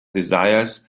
desires